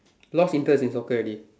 lost interest in soccer already